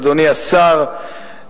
אדוני השר,